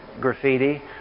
graffiti